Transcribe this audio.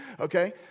okay